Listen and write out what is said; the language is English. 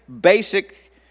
basic